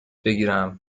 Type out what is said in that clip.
بگیرم